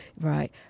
right